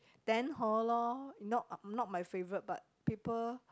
then hor lor not not my favourite but people